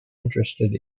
interested